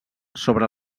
sobre